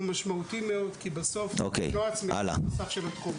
הוא צריך לעבור איזה שהוא ליטוש.